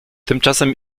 tymczasem